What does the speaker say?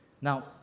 Now